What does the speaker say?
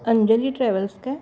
Anjali travels काय